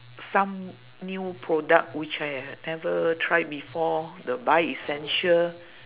some new product which I have never try before the buy essential